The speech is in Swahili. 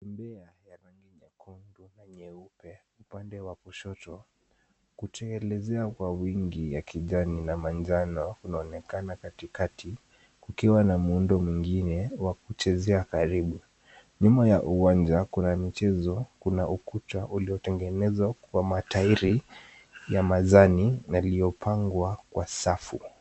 Bembea ya rangi nyekundu na nyeupe upande wa kushoto, kutelezea kwa wingi ya kijani na manjano kunaonekana katikati kukiwa na muundo mwingine wa kuchezea karibu. Nyuma ya uwanja kuna michezo, kuna ukuta uliotengenezwa kwa matairi ya mazani na iliyopangwa kwa safu.